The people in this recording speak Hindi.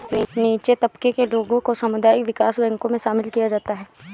नीचे तबके के लोगों को सामुदायिक विकास बैंकों मे शामिल किया जाता है